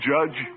Judge